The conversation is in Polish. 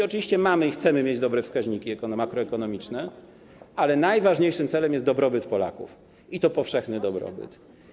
Oczywiście mamy i chcemy mieć dobre wskaźniki makroekonomiczne, ale najważniejszym celem jest dobrobyt Polaków, i to powszechny dobrobyt.